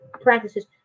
practices